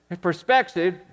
perspective